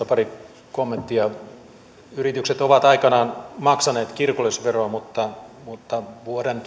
pari kommenttia yritykset ovat aikanaan maksaneet kirkollisveroa mutta mutta vuoden